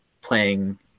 playing